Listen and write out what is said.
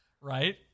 Right